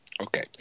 Okay